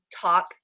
top